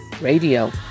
Radio